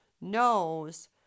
knows